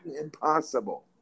impossible